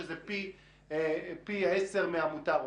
שזה פי 10 מהמותר,